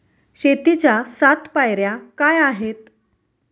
शेतीच्या सात पायऱ्या काय आहेत?